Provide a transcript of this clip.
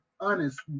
honest